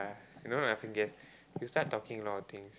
you know laughing gas you start talking a lot of things